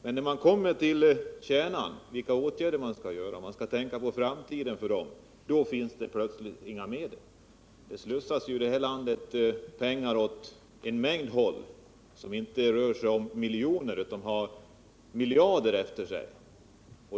Men när man kommer till kärnan — vilka åtgärder man skall vidta då det gäller att tänka på framtiden för de handikappade —- finns det plötsligt inga medel. Det slussas ju i det här landet pengar åt en mängd håll — det rör sig inte om miljoner utan om miljarder.